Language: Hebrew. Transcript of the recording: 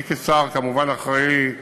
אני כשר כמובן אחראי מיניסטריאלית.